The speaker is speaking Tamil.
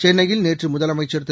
சென்னையில் நேற்று முதலமைச்சர் திரு